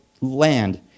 land